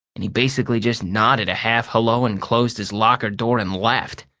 and he basically just nodded a half hello and closed his locker door and left.